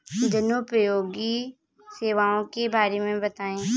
जनोपयोगी सेवाओं के बारे में बताएँ?